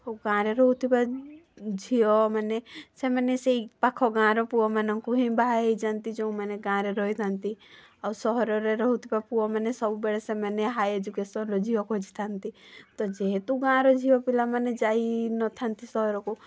ଆଉ ଗାଁରେ ରହୁଥିବା ଝିଅମାନେ ସେମାନେ ସେଇ ପାଖ ଗାଁର ପୁଅମାନଙ୍କୁ ହିଁ ବାହା ହେଇଯାଆନ୍ତି ଯେଉଁମାନେ ଗାଁରେ ରହିଥାନ୍ତି ଆଉ ସହରରେ ରହୁଥିବା ପୁଅମାନେ ସବୁବେଳେ ସେମାନେ ହାଇ ଏଜୁକେସନ୍ର ଝିଅ ଖୋଜିଥାନ୍ତି ତ ଯେହେତୁ ଗାଁର ଝିଅପିଲାମାନେ ଯାଇନଥାନ୍ତି ସହରକୁ